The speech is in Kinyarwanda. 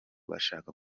bashaka